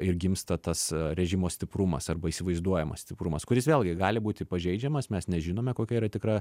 ir gimsta tas režimo stiprumas arba įsivaizduojamas stiprumas kuris vėlgi gali būti pažeidžiamas mes nežinome kokia yra tikra